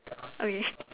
okay